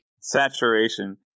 Saturation